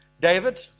David